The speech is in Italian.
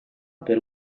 per